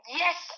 yes